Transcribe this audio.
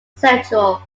central